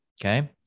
Okay